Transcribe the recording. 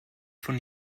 von